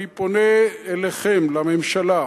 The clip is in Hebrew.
אני פונה אליכם, לממשלה,